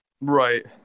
Right